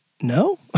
no